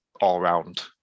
all-round